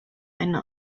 eine